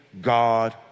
God